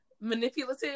manipulative